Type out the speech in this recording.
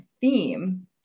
theme